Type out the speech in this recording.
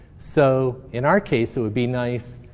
so in our case, it would be nice,